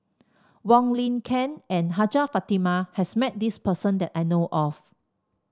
Wong Lin Ken and Hajjah Fatimah has met this person that I know of